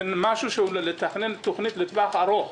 זה לתכנן תוכנית לטווח ארוך,